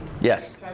Yes